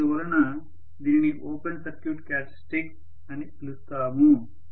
అందువలన దీనిని open circuit characteristics అని పిలుస్తాము